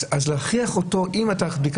אז להכריח אותו -- קודם כל,